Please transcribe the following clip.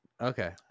Okay